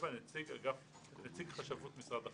נציג חשבות משרד החינוך.